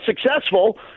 successful